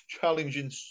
challenging